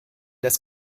des